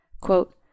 Quote